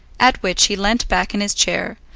at which he leant back in his chair,